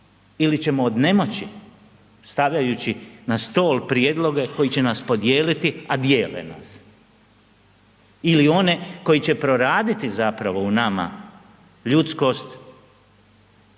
ili ćemo od nemoći, stavljajući na stol prijedloge koji će nas podijeliti, a dijele nas. Ili one koji će proraditi zapravo u nama, ljudskost,